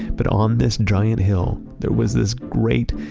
but on this giant hill, there was this great,